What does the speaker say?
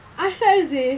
apasal seh